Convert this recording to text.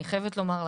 אני חייבת לומר לך.